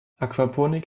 aquaponik